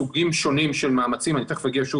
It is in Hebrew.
בסוגים שונים של מאמצים ותכף אני אומר משהו